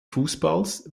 fußballs